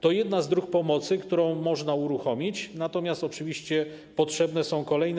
To jedna z dróg pomocy, którą można uruchomić, natomiast oczywiście potrzebne są kolejne.